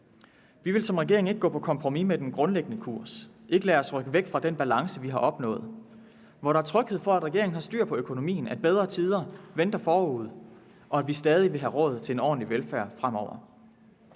vi vil som regering ikke gå på kompromis med den grundlæggende kurs, ikke lade os rykke væk fra den balance, vi har opnået, hvor der er tryghed for, at regeringen har styr på økonomien, hvor bedre tider venter forude, og hvor vi stadig vil have råd til en ordentlig velfærd fremover.